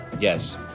Yes